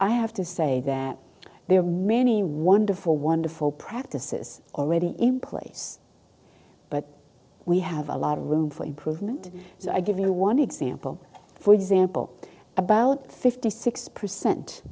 i have to say that there are many wonderful wonderful practices already in place but we have a lot of room for improvement so i give you one example for example about fifty six percent